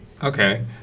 Okay